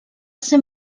ser